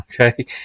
Okay